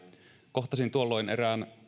kohtasin tuolloin erään